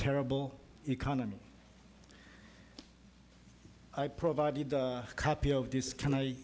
terrible economy i provided a copy of this c